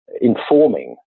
informing